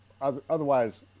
otherwise